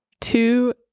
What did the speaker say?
two